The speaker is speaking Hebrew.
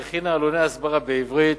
והכינה עלוני הסברה בעברית,